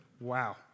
Wow